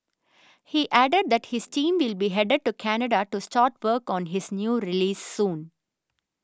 he added that his team will be headed to Canada to start work on his new release soon